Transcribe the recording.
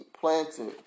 planting